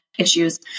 Issues